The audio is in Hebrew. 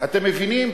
אתם מבינים?